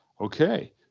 Okay